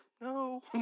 No